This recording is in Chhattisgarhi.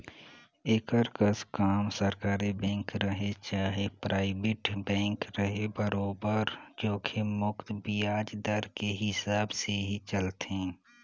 एकर कस काम सरकारी बेंक रहें चाहे परइबेट बेंक रहे बरोबर जोखिम मुक्त बियाज दर के हिसाब से ही चलथे